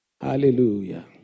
Hallelujah